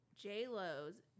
J-Lo's